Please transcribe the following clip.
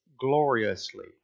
gloriously